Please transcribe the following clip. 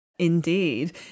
Indeed